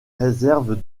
réserves